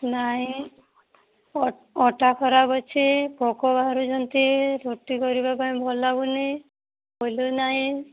ନାହିଁ ଅଟା ଖରାପ ଅଛି ପୋକ ବାହାରୁଛନ୍ତି ରୁଟି କରିବା ପାଇଁ ଭଲ ଲାଗୁନି ଫୁଲୁ ନାହିଁ